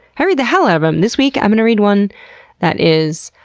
i read the hell out of em! this week i'm gonna read one that is